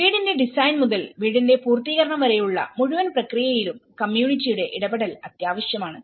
വീടിന്റെ ഡിസൈൻ മുതൽ വീടിന്റെ പൂർത്തീകരണം വരെയുള്ള മുഴുവൻ പ്രക്രിയയിലും കമ്മ്യൂണിറ്റി യുടെ ഇടപെടൽ അത്യാവശ്യമാണ്